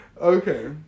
Okay